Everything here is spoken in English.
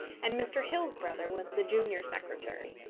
and mr. hill's brother was the junior secretary.